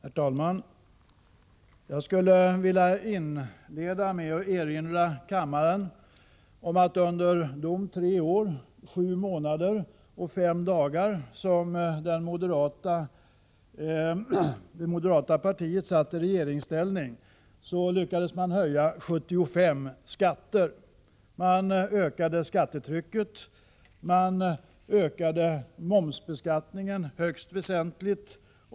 Herr talman! Jag skulle vilja inleda med att erinra kammarens ledamöter om att under de tre år, sju månader och fem dagar som moderaterna satt i regeringsställning lyckades man höja 75 skatter. Skattetrycket ökades, bl.a. momsbeskattningen högst väsentligt.